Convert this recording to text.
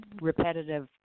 repetitive